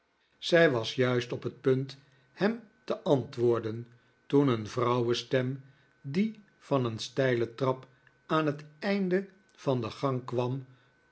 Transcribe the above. zij was juist op t punt hem te antwoorden toen een vrouwenstem die van een steile trap aan het einde van de gang kwam